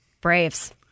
Braves